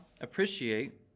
appreciate